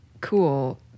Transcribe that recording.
cool